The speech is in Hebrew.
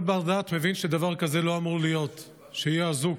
כל בר-דעת מבין שדבר כזה לא אמור להיות שאדם כזה יהיה אזוק.